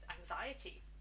anxiety